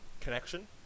connection